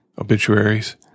obituaries